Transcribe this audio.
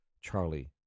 Charlie